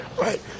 Right